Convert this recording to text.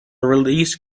release